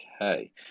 okay